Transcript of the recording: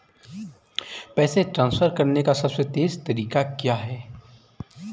पैसे ट्रांसफर करने का सबसे तेज़ तरीका क्या है?